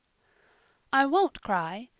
i won't cry.